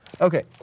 Okay